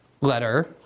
letter